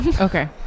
Okay